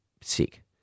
sick